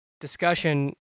discussion